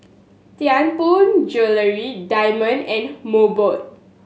Tianpo Jewellery Diamond and Mobot